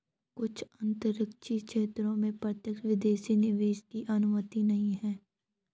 कुछ आरक्षित क्षेत्रों में प्रत्यक्ष विदेशी निवेश की अनुमति नहीं है